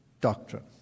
doctrine